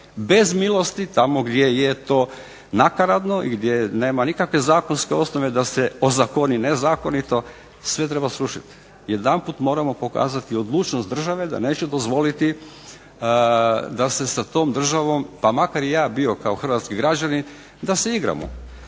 bez milosti tamo gdje je to nakaradno i gdje nema nikakve zakonske osnove da se ozakoni nezakonito sve treba srušiti. Jedanput moramo pokazati odlučnost države da neće dozvoliti da se sa tom državom pa makar i ja bio kao hrvatski građanin da se igramo.